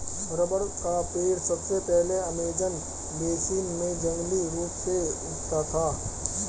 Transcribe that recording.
rubber का पेड़ सबसे पहले अमेज़न बेसिन में जंगली रूप से उगता था